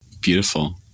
Beautiful